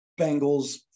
Bengals